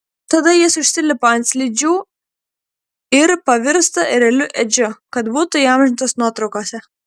tada jis užsilipa ant slidžių ir pavirsta ereliu edžiu kad būtų įamžintas nuotraukose